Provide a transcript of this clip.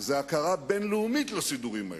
זה הכרה בין-לאומית בסידורים האלה.